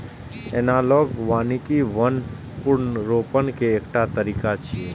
analogue वानिकी वन पुनर्रोपण के एकटा तरीका छियै